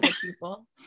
people